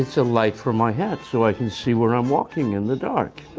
and so light for my hat, so i can see where i'm walking in the dark.